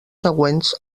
següents